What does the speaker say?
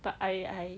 but I I